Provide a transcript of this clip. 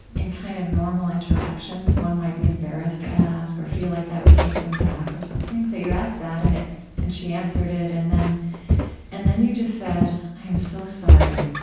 in kind of normal interactions, one might be embarrassed to ask or feel like that would take them back or something. so you asked that, and and she answered it. and then and then you just said, i am so sorry.